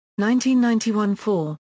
1991-4